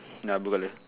ya blue colour